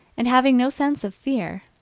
and having no sense of fear,